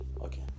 Okay